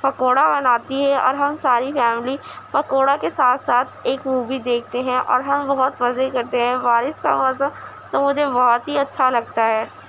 پکوڑا بناتی ہے اور ہم ساری فیملی پکوڑا کے ساتھ ساتھ ایک مووی دیکھتے ہیں اور ہم بہت مزے کرتے ہیں بارش کا موسم تو مجھے بہت ہی اچھا لگتا ہے